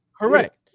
correct